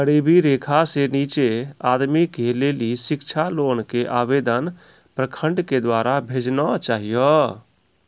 गरीबी रेखा से नीचे के आदमी के लेली शिक्षा लोन के आवेदन प्रखंड के द्वारा भेजना चाहियौ?